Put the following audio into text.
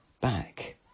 Back